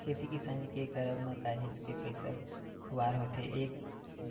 खेती किसानी के करब म काहेच के पइसा खुवार होथे एक